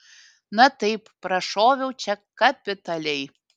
na taip prašoviau čia kapitaliai